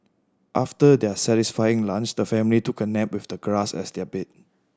after their satisfying lunch the family took a nap with the grass as their bed